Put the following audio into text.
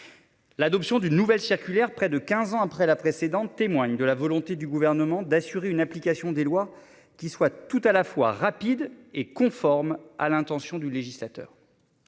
L'adoption d'une nouvelle circulaire près de 15 ans après la précédente témoigne de la volonté du gouvernement d'assurer une application des lois qui soient tout à la fois rapide et conforme à l'intention du législateur.